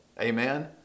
Amen